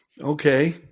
Okay